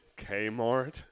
Kmart